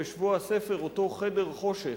בשבוע הספר אותו חדר חושך,